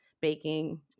baking